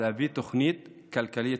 להביא תוכנית כלכלית,